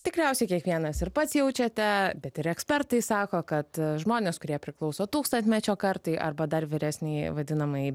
tikriausiai kiekvienas ir pats jaučiate bet ir ekspertai sako kad žmonės kurie priklauso tūkstantmečio kartai arba dar vyresnei vadinamajai